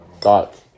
Thoughts